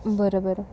बरं बरं